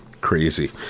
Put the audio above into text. Crazy